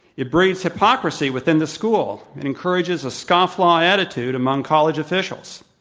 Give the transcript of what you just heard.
it breeds hypocrisy within the school. it encourages a scofflaw attitude among college officials.